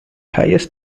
highest